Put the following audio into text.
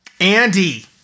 Andy